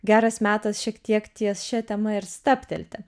geras metas šiek tiek ties šia tema ir stabtelti